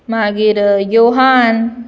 मागीर योहान